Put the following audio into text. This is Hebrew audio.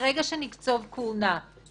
אבל זה חוק מסוכן יותר מכולם, ואגיד לכם